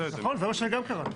נכון, זה מה שאני גם קראתי.